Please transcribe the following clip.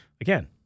Again